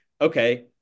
okay